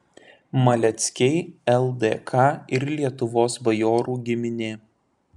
maleckiai ldk ir lietuvos bajorų giminė